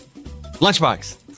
Lunchbox